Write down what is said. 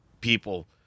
people